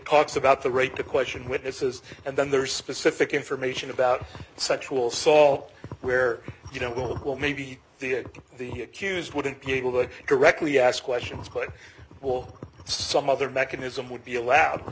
talks about the right to question witnesses and then there's specific information about sexual salt where you know well maybe the accused wouldn't be able to directly ask questions quite well some other mechanism would be a